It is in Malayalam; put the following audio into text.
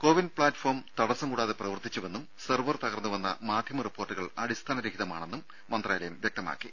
കൊവിൻ പ്ലാറ്റ്ഫോം തടസ്സം കൂടാതെ പ്രവർത്തിച്ചുവെന്നും സെർവർ തകർന്നുവെന്ന മാധ്യമ റിപ്പോർട്ടുകൾ അടിസ്ഥാനരഹിതമാണെന്നും മന്ത്രാലയം അറിയിച്ചു